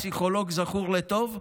הפסיכולוג הזכור לטוב,